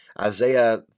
Isaiah